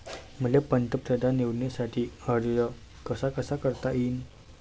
मले पंतप्रधान योजनेसाठी अर्ज कसा कसा करता येईन?